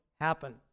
happen